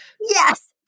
Yes